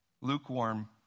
lukewarm